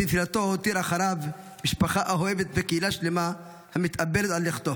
בנפילתו הוא הותיר אחריו משפחה אוהבת וקהילה שלמה המתאבלת על לכתו.